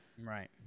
Right